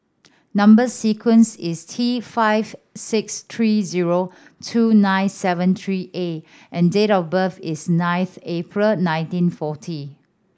number sequence is T five six three zero two nine seven three A and date of birth is ninth April nineteen forty